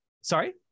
Sorry